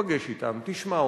תיפגש אתם, תשמע אותם.